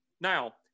Now